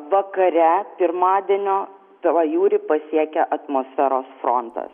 vakare pirmadienio tvajūrį pasiekia atmosferos frontas